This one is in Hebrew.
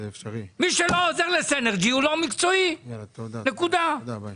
מי שלא עוזר לסינרג’י, הוא לא מקצועי, נקודה.